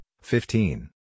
fifteen